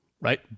right